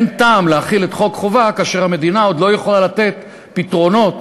אין טעם להחיל את חוק חינוך חובה כאשר המדינה עוד לא יכולה לתת פתרונות